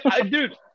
dude